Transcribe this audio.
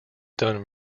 done